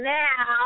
now